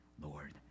Lord